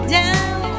down